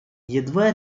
едва